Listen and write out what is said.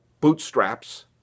bootstraps